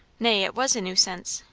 nay, it was a new sense,